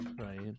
right